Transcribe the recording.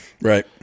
right